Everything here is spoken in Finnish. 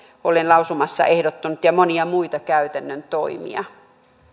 olen lausumassa ehdottanut ja monia muita käytännön toimia